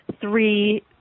three